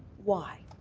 why?